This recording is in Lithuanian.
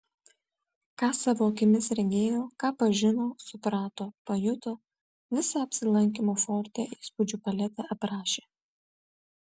ką savo akimis regėjo ką pažino suprato pajuto visą apsilankymo forte įspūdžių paletę aprašė